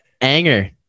Anger